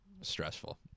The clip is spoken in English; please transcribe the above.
stressful